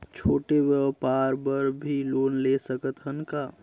छोटे व्यापार बर भी लोन ले सकत हन का?